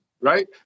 Right